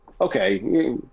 okay